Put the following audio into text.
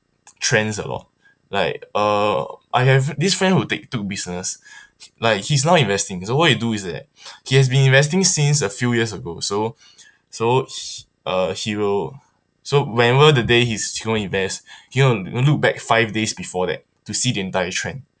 trends a lot like uh I have this friend who take two business like he's now investing so what he do is that he has been investing since a few years ago so so he uh he will so whenever the day he's going to invest he going to look back five days before that to see the entire trend